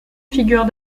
figure